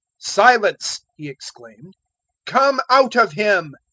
silence! he exclaimed come out of him.